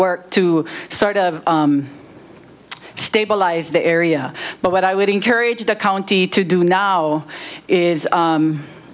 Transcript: work to sort of stabilize the area but what i would encourage the county to do now is